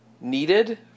needed